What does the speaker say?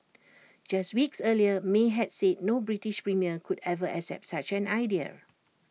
just weeks earlier may had said no British premier could ever accept such an idea